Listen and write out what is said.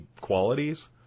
qualities